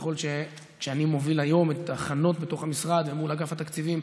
ככל שאני מוביל היום את ההכנות בתוך המשרד ומול אגף התקציבים,